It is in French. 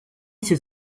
ces